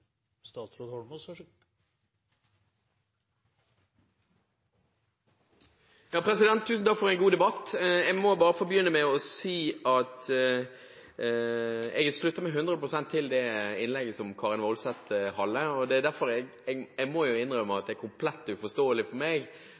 Tusen takk for en god debatt. Jeg må bare få begynne med å si at jeg slutter meg 100 pst. til det innlegget som Karin S. Woldseth hadde. Derfor må jeg innrømme at det er komplett uforståelig for meg, når hun sier at det er behov for